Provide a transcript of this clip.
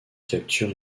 capture